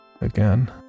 Again